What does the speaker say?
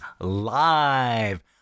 live